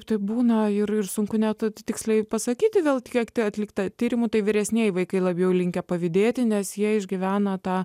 taip būna ir sunku net tiksliai pasakyti vėl tiekti atliktą tyrimą tai vyresnieji vaikai labiau linkę pavydėti nes jie išgyveno tą